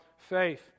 Faith